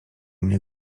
mnie